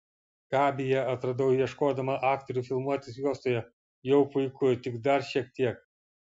gabiją atradau ieškodama aktorių filmuotis juostoje jau puiku tik dar šiek tiek